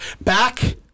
Back